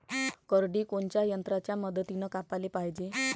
करडी कोनच्या यंत्राच्या मदतीनं कापाले पायजे?